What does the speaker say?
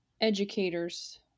educators